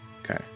Okay